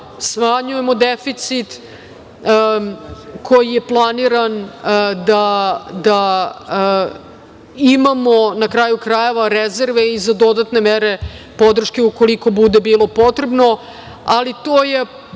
smanjujemo deficit koji je planiran da imamo na kraju krajeva rezerve i za dodatne mere podrške ukoliko bude bilo potrebno, ali to je